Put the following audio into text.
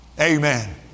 Amen